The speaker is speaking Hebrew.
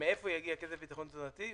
מאיפה יגיע הכסף לביטחון תזונתי?